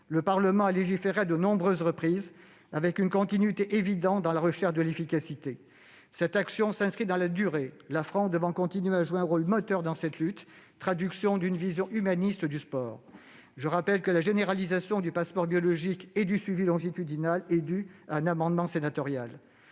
le Parlement a légiféré à de nombreuses reprises, avec une continuité évidente dans la recherche de l'efficacité. Cette action s'inscrit dans la durée, la France devant continuer à jouer un rôle moteur dans cette lutte, traduction d'une vision humaniste du sport. Je rappelle que la généralisation du passeport biologique et du suivi longitudinal est due à un amendement sénatorial.